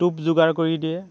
টোপ যোগাৰ কৰি দিয়ে